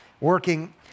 working